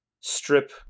strip